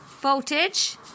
Voltage